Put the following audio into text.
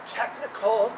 technical